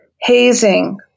hazing